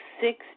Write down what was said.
six